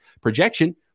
projection